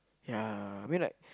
yeah I mean like